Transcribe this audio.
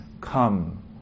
Come